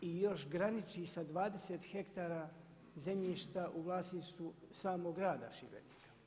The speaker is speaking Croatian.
I još graniči sa 20 hektara zemljišta u vlasništvu samog grada Šibenika.